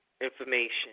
information